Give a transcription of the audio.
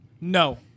No